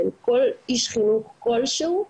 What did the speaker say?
של כל איש חינוך כלשהו,